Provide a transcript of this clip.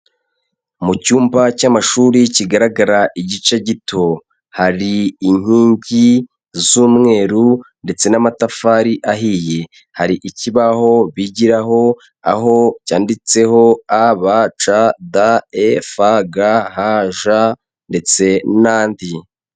Mu cyumba cy'amashuri kigaragara igice gito, hari inkingi z'umweru ndetse n'amatafari ahiye, hari ikibaho bigiraho aho cyanditseho: a,b, c,d, e,f, g, h, j ndetse n'andi.